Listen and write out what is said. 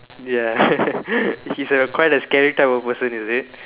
ya he's a quite a scary type of person is it